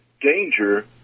danger